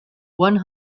one